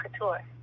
couture